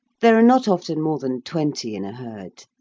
there are not often more than twenty in a herd.